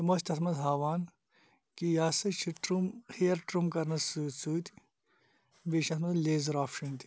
تِم ٲسۍ تَتھ مَنٛز ہاوان کہِ یہِ ہَسا چھُ ٹرم ہیر ٹرم کَرنَس سۭتۍ سۭتۍ بیٚیہِ چھُ یَتھ منٛز لیزَر آپشَن تہِ